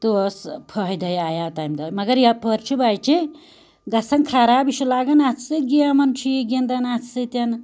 تہٕ اوس فٲیدٔے آیو تَمہِ دۄہ مَگر یِپٲرۍ چھِ بَچہٕ گژھان خراب یہِ چھُ لَگان اَتھ سۭتۍ گیمَن چھُ یہِ گِنٛدان اَتھ سۭتۍ